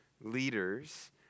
leaders